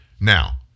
now